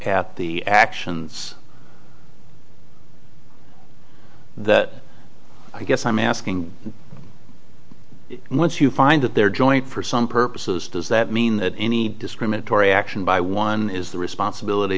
at the actions that i guess i'm asking and once you find that their joint for some purposes does that mean that any discriminatory action by one is the responsibility